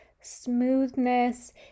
smoothness